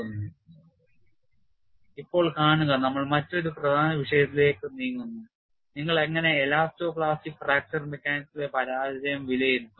Failure Assessment in EPFM ഇപ്പോൾ കാണുക നമ്മൾ മറ്റൊരു പ്രധാന വിഷയത്തിലേക്ക് നീങ്ങുന്നു നിങ്ങൾ എങ്ങനെ എലാസ്റ്റോ പ്ലാസ്റ്റിക് ഫ്രാക്ചർ മെക്കാനിക്സിലെ പരാജയം വിലയിരുത്തും